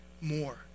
more